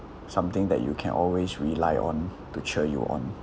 something that you can always rely on to cheer you on